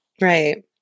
Right